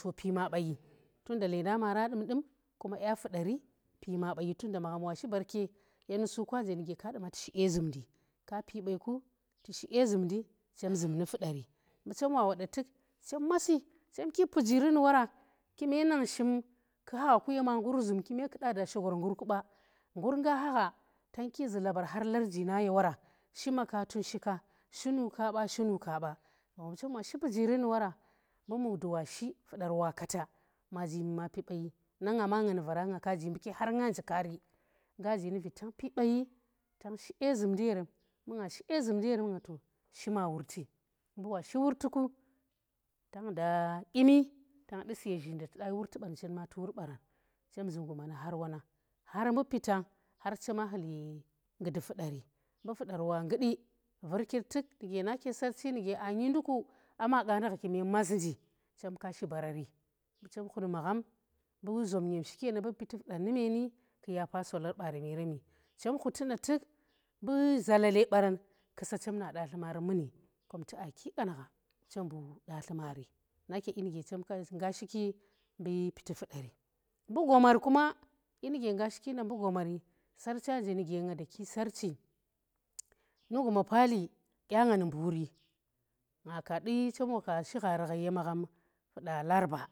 Topi ma baayi tunda len da maara dum dum dya fuderi pi ma tunuda magham waa shi baarke ye nusukwa nje nuge ka duma chi dye zumndi, kaa pi bai kutu shi dye zumndi kaapi bai ku tu shi dye zumndi chem zum nu fuderi mbu chem wa woda tuk chem maasi chem ki pujiri nu wora kume nang shin ku kha gha ku yema ngur ku ba, ngur nga hagha tang ki zu labar har larji na ye wora, shi maka tun shi kaa, shinu kaa ba, shi na kaa ba, ba mbu mukhdi wa shi, fuder wa kaata ma jimi mapi bayi na nga ma nga shi dye zumndi yeren. yeren mbu nga shi dye zumndi yerem mbu nga shi dye zumndi yerem nga za to shi ma wurti, mbu wa shi wurti ku tang dyimi tang du si ye zhinnda tuda yi wurti bang, chin ma fu wur baran chem zum guma nu har wonang har mbu pitang har chema khul ye ngudi fuderi mbu fudar wa ngudi virkir tuk nu ge naa kee saarchi nuge aanyi nduku aa ma qaandi gha kuma mas nji, chem ka shi baarari chem khut magham mbu zap nyem shiki yenda mbu piti fudar nu meeni ku yapa solar bareni yereni chem khuti nda tuk mbu zalale baran ku sa chem na datli maari muni kom tu aa ki qan gha chem bu datli maari na kedyi nuge chakanga shiki mbu piti fudari mbu gomar kuma dyi nuge nga chem bu datli maari nake dyi nuge nga shiki nde mbu gamari saarchya nje nuge nga da ki saarchi nu guma paali dya nga nu mburi nga ka di chan wa ka shi ghari ghai ye magham fuda laraba.